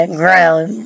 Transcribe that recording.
ground